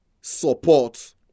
support